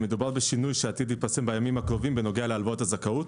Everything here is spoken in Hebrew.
מדובר בשינוי שעתיד להתפרסם בימים הקרובים בנוגע להלוואות הזכאות.